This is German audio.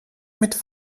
mit